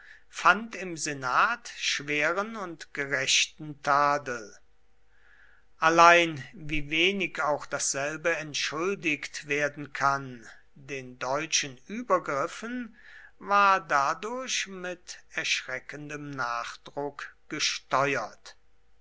fand im senat schweren und gerechten tadel allein wie wenig auch dasselbe entschuldigt werden kann den deutschen übergriffen war dadurch mit erschreckendem nachdruck gesteuert